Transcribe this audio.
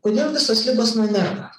kodėl visos ligos nuo nervą